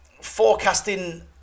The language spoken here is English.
forecasting